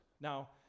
Now